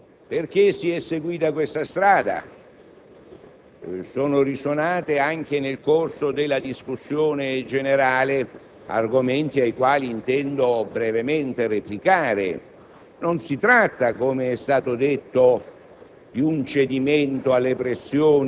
Perché si è seguita questa strada? Sono risuonati anche nel corso della discussione generale argomenti ai quali intendo brevemente replicare: non si tratta, come è stato detto,